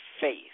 Faith